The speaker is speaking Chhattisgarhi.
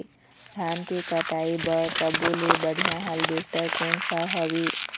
धान के कटाई बर सब्बो ले बढ़िया हारवेस्ट कोन सा हवए?